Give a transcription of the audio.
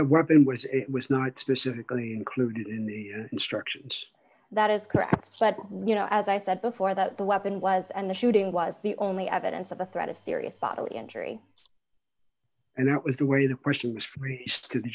injury was it was not specifically included in the instruction that is correct but you know as i said before that the weapon was and the shooting was the only evidence of a threat of serious bodily injury and that was the way the